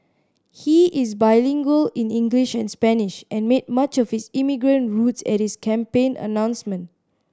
he is bilingual in English and Spanish and made much of his immigrant roots at his campaign announcement